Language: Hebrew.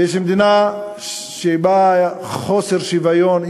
ויש מדינה שבה חוסר שוויון,